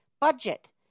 budget